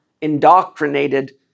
indoctrinated